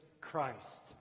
Christ